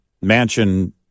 mansion